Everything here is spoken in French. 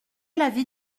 l’avis